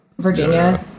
Virginia